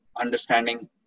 understanding